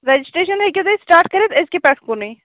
registration ہیٚکو تُہۍ start کٔرِتھ أزۍکہِ پیٚٹھ کُنُے